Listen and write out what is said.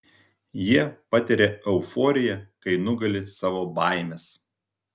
jie patiria euforiją kai nugali savo baimes